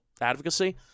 advocacy